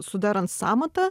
sudarant sąmatą